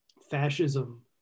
fascism